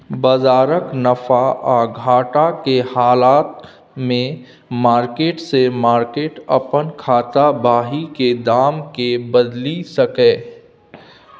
बजारक नफा आ घटा के हालत में मार्केट से मार्केट अपन खाता बही के दाम के बदलि सकैए